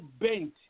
bent